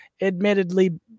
admittedly